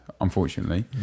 unfortunately